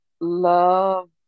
love